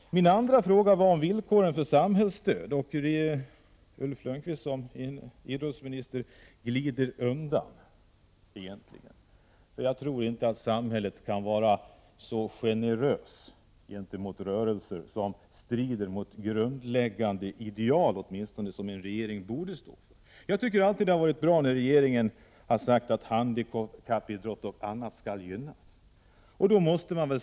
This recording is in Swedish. Min andra fråga gällde villkoren för samhällsstöd, och Ulf Lönnqvist som idrottsminister glider undan. Jag tror inte att samhället kan vara så generöst gentemot rörelser som strider mot grundläggande ideal, vilka åtminstone en regering borde stå för. Jag tycker att det alltid har varit bra när regeringen har sagt att handikappidrott och annat skall gynnas.